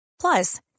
Plus